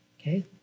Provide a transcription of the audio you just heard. Okay